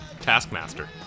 Taskmaster